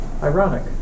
Ironic